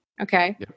Okay